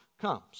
comes